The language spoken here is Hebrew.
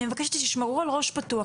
אני מבקשת שתשמרו על ראש פתוח,